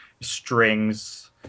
strings